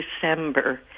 December